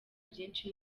byinshi